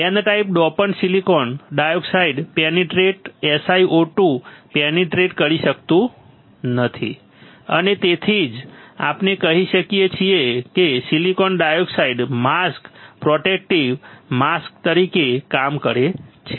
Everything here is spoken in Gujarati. N type dopant silicon dioxide penetrate SiO2 penetrate કરી શકતું નથી અને તેથી જ આપણે કહી શકીએ કે silicon dioxide mask protective mask તરીકે કામ કરે છે